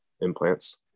implants